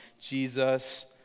Jesus